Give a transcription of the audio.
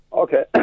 Okay